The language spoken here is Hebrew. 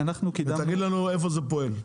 ל-15%?